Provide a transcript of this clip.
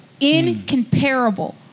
incomparable